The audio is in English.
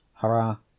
hara